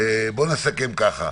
נסכם ככה: